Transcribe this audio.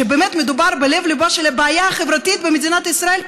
שבאמת מדובר בלב-ליבה של הבעיה החברתית במדינת ישראל פה,